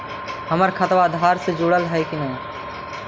हमर खतबा अधार से जुटल हई कि न?